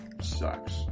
Sucks